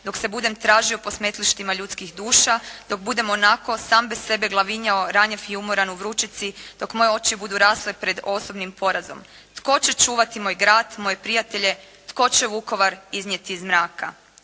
dok se budem tražio po smetlištima ljudskih duša, dok budem onako sam bez sebe glavinjao ranjiv i umoran u vrućici, dok moje oči budu rasle pred osobnim porazom? Tko će čuvati moj grad, moje prijatelje? Tko će Vukovar iznijeti iz mraka?